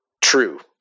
True